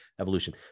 evolution